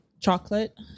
chocolate